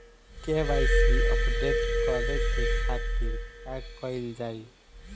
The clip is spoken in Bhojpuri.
के.वाइ.सी अपडेट करे के खातिर का कइल जाइ?